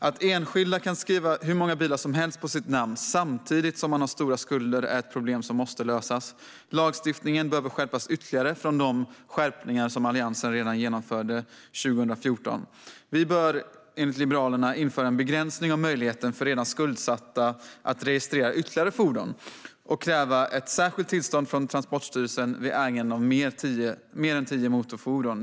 Att enskilda kan skriva hur många bilar som helst på sitt namn och samtidigt ha stora skulder är ett problem som måste lösas. Lagstiftningen behöver skärpas ytterligare, utöver de skärpningar Alliansen genomförde 2014. Enligt Liberalerna bör vi införa en begränsning av möjligheten för redan skuldsatta att registrera ytterligare fordon och kräva ett särskilt tillstånd från Transportstyrelsen vid ägande av mer än tio motorfordon.